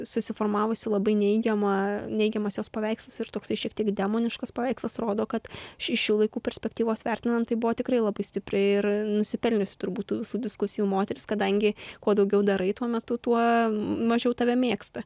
susiformavusi labai neigiama neigiamas jos paveikslas ir toksai šiek tiek demoniškas paveikslas rodo kad iš šių laikų perspektyvos vertinant tai buvo tikrai labai stipriai ir nusipelniusi turbūt tų visų diskusijų moteris kadangi kuo daugiau darai tuo metu tuo mažiau tave mėgsta